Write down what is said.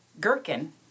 gherkin